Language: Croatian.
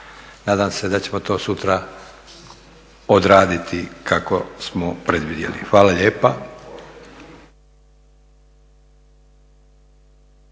Nadam se da ćemo to sutra odraditi kako smo predvidjeli. Hvala lijepa.